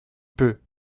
peu